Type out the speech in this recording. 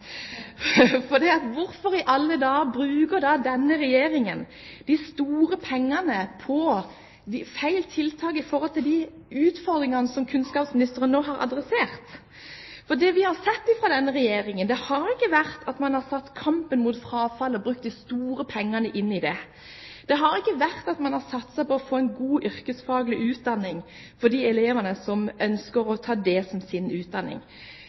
Hvorfor i alle dager bruker denne regjeringen de store pengene på feil tiltak med hensyn til de utfordringene som kunnskapsministeren nå har adressert? Det vi har sett fra denne Regjeringen, har ikke vært at man har satset på kampen mot frafall og brukt de store pengene på det. Det har ikke vært at man har satset på å få en god yrkesfaglig utdanning for de elevene som ønsker det. Vi har ikke sett et krafttak i kampen mot mobbing. Det